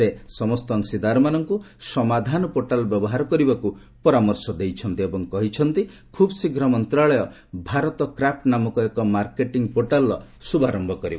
ସେ ସମସ୍ତ ଅଂଶୀଦାରମାନଙ୍କୁ ସମାଧାନ ପୋର୍ଟାଲ୍ ବ୍ୟବହାର କରିବାକୁ ପରାମର୍ଶ ଦେଇଛନ୍ତି ଏବଂ କହିଛନ୍ତି ଖୁବ୍ ଶୀଘ୍ର ମନ୍ତ୍ରଣାଳୟ ଭାରତ କ୍ରାଫ୍ଟ ନାମକ ଏକ ମାର୍କେଟିଙ୍ଗ୍ ପୋର୍ଟାଲ୍ର ଶ୍ରୁଭାରମ୍ଭ କରିବ